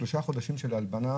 שלושה חודשים של הלבנה